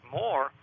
more